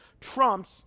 trumps